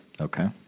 Okay